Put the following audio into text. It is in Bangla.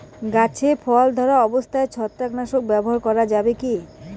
গাছে ফল ধরা অবস্থায় ছত্রাকনাশক ব্যবহার করা যাবে কী?